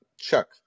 Chuck